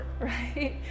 Right